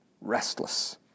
Restless